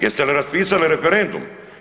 Jeste li raspisali referendum?